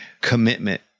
commitment